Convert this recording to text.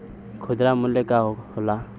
खुदरा मूल्य का होला?